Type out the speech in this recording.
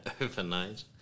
overnight